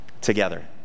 together